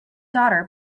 daughter